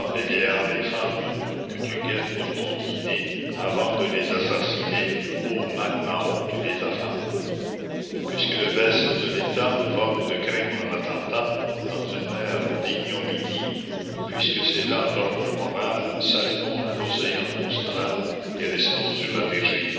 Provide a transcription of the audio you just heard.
les vieillards les femmes que tu guettes pour ton dîner avant de les assassiner o mac mahon tu les affames puisque le vaisseau de l'état vogue de crime en attentat dans une mer d'ignominie puisque c'est là l'ordre moral saluons l'océan austral et restons sur la virginie